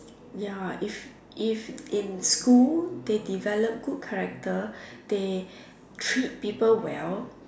ya if if in school they develop good character they treat people well